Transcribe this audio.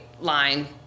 line